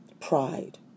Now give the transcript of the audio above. pride